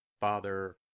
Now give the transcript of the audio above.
Father